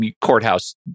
courthouse